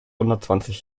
hundertzwanzig